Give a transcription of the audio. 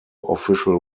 official